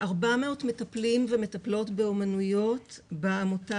400 מטפלים ומטפלות באומנויות בעמותה